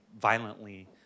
violently